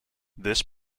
this